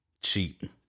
cheating